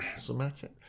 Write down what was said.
somatic